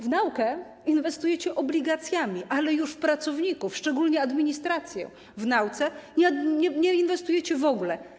W naukę inwestujecie obligacjami, ale już w pracowników, szczególnie administrację, w nauce nie inwestujecie w ogóle.